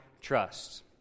trust